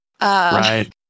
right